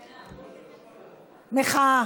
המחאה.